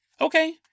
Okay